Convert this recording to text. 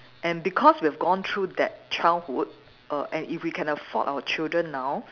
and because we have gone through that childhood err and if we can afford our children now